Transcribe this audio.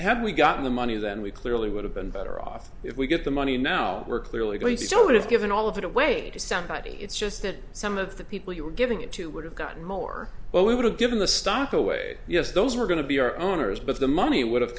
had we gotten the money then we clearly would have been better off if we get the money now we're clearly going to do it if given all of it away to somebody it's just that some of the people you were giving it to would have gotten more but we would have given the stock away yes those were going to be our owners but the money would have